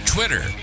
Twitter